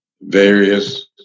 various